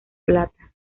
plata